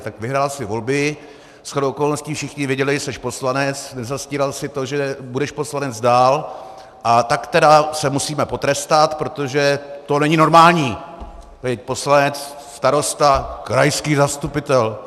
Tak vyhrál jsi volby, shodou okolností všichni věděli, jsi poslanec, nezastíral jsi to, že budeš poslanec dál, a tak tedy se musíme potrestat, protože to není normální být poslanec, starosta, krajský zastupitel.